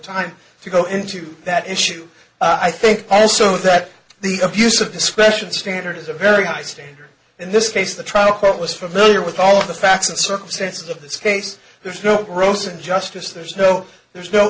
time to go into that issue i think also that the abuse of discretion standard is a very high standard in this case the trial court was familiar with all of the facts and circumstances of this case there's no gross injustice there's no there's no